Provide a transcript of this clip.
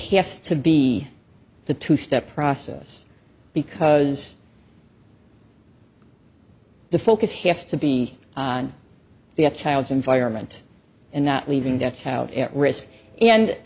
has to be the two step process because the focus has to be on the child's environment and not leaving death out at risk and